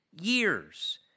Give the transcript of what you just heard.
years